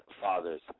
father's